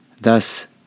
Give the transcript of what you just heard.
Thus